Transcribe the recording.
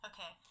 Okay